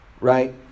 right